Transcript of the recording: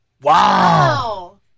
Wow